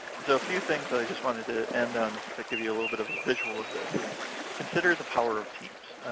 and so a few things that i just wanted to end on that give you a little bit of a visual of this, is consider the power of teams.